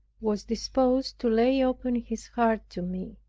was disposed to lay open his heart to me.